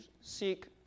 seek